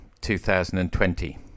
2020